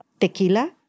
tequila